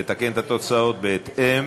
נתקן את התוצאות בהתאם.